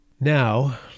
Now